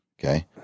Okay